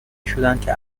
شدندکه